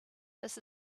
this